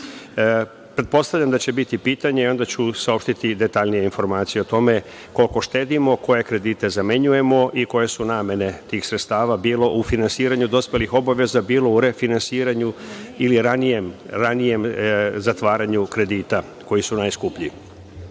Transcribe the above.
godina. Pretpostavljam da će biti pitanja i onda ću saopštiti detaljnije informacije o tome koliko štedimo, koje kredite zamenjujemo i koje su namene tih sredstava, bilo u finansiranju dospelih obaveza, bilo u refinansiranju ili ranijem zatvaranju kredita koji su najskuplji.U